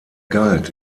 galt